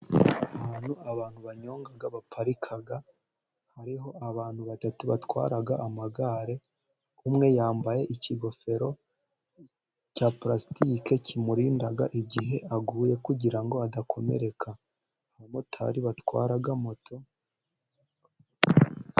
Ahantu abantu banyonga baparika, hariho abantu batatu batwara amagare, umwe yambaye ikigofero cya purasitike kimurinda igihe aguye kugira ngo adakomereka, abamotari batwara moto.